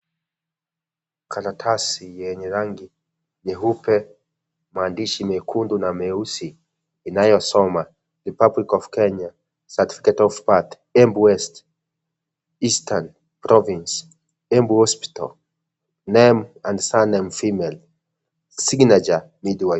Karatasi yenye rangi nyeupe maandishi mekundu na meusi inayosoma, Republic of Kenya, Certificate of birth, Embu west, Eastern province, Embu hospital, name and sir name female, signature midwife .